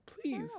Please